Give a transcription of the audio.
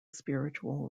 spiritual